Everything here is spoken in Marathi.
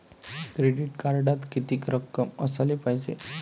क्रेडिट कार्डात कितीक रक्कम असाले पायजे?